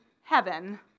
heaven